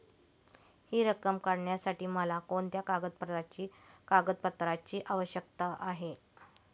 हि रक्कम काढण्यासाठी मला कोणत्या कागदपत्रांची आवश्यकता आहे?